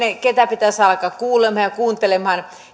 ketä pitäisi alkaa kuulemaan ja kuuntelemaan